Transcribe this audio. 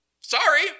Sorry